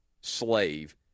slave